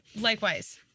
likewise